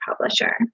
publisher